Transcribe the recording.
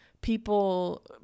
People